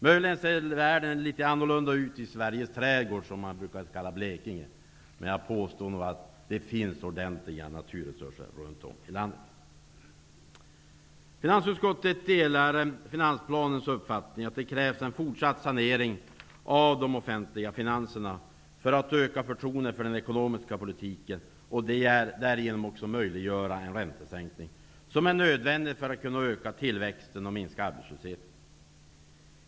Möjligen ser världen litet annorlunda ut i Sveriges trädgård, som Blekinge brukar kallas, men jag påstår att det runt om i landet finns ordentliga naturresurser. Finansutskottet delar uppfattningen i finansplanen att det krävs en fortsatt sanering av de offentliga finanserna för att öka förtroendet för den ekonomiska politiken och därigenom också möjliggöra den räntesänkning som är nödvändig för att kunna öka tillväxten och minska arbetslösheten.